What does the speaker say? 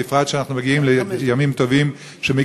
ובפרט כשאנחנו מגיעים לימים טובים שבהם